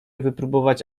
wypróbować